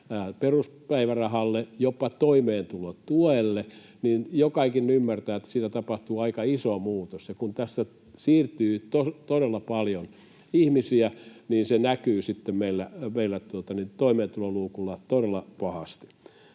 peruspäivärahalle, jopa toimeentulotuelle, niin joka ikinen ymmärtää, että siinä tapahtuu aika iso muutos, ja kun tässä siirtyy todella paljon ihmisiä, niin se näkyy sitten meillä toimeentuloluukulla todella pahasti.